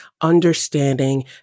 understanding